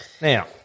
Now